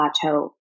plateau